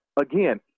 Again